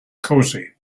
cosy